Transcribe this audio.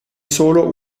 solo